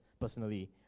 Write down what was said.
personally